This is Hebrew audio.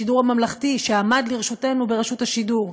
בשידור הממלכתי שעמד לרשותנו ברשות השידור,